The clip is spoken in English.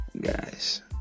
Guys